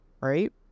right